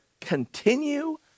continue